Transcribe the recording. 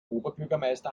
oberbürgermeister